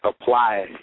apply